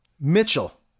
Mitchell